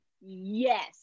Yes